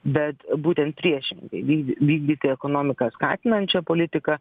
bet būtent priešingai vykdy vykdyti ekonomiką skatinančią politiką